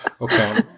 Okay